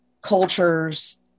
cultures